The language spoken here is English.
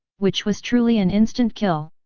which was truly an instant kill!